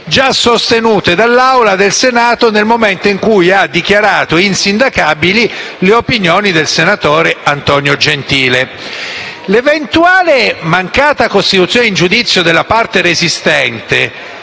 già sostenute dall'Assemblea del Senato nel momento in cui ha dichiarato insindacabili le opinioni del senatore Antonio Gentile. L'eventuale mancata costituzione in giudizio della parte resistente